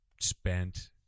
spent